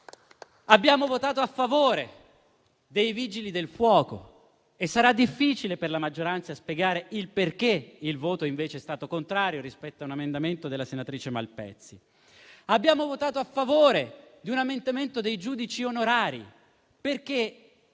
Abbiamo votato a favore dei Vigili del fuoco e sarà difficile per la maggioranza spiegare perché il voto invece è stato contrario su un emendamento della senatrice Malpezzi. Abbiamo votato a favore di un emendamento dei giudici onorari, perché